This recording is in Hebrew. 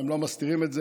הם לא מסתירים את זה,